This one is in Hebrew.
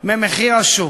ממחיר השוק,